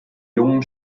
jungen